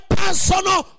personal